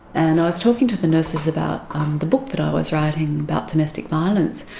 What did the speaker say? and i was talking to the nurses about the book that i was writing about domestic violence.